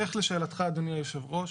לשאלתך, אדוני היושב-ראש,